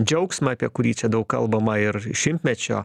džiaugsmą apie kurį čia daug kalbama ir šimtmečio